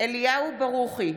אליהו ברוכי,